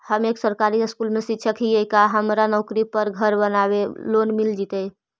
हम एक सरकारी स्कूल में शिक्षक हियै का हमरा नौकरी पर घर बनाबे लोन मिल जितै?